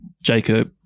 Jacob